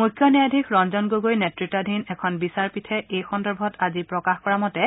মুখ্য ন্যায়াধীশ ৰঞ্জন গগৈ নেত্ৰত্বাধীন এখন বিচাৰপীঠে এই সন্দৰ্ভত আজি প্ৰকাশ কৰা মতে